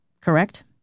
correct